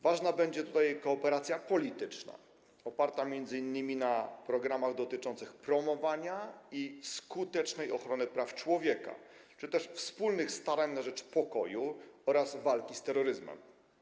Ważna będzie tutaj kooperacja polityczna, oparta m.in. na programach dotyczących promowania i skutecznej ochrony praw człowieka czy też wspólnych starań na rzecz pokoju oraz walki z terroryzmem.